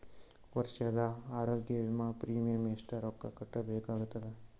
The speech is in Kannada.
ವರ್ಷದ ಆರೋಗ್ಯ ವಿಮಾ ಪ್ರೀಮಿಯಂ ಎಷ್ಟ ರೊಕ್ಕ ಕಟ್ಟಬೇಕಾಗತದ?